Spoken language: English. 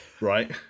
right